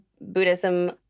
Buddhism